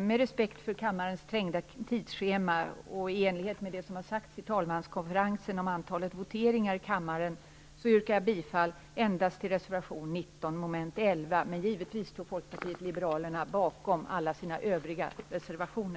Med respekt för kammarens trängda tidsschema och i enlighet med det som har sagts i talmanskonferensen om antalet voteringar i kammaren yrkar jag bifall endast till reservation 19 under mom. 11. Men givetvis står Folkpartiet liberalerna bakom alla sina övriga reservationer.